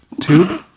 tube